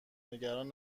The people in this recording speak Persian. نگران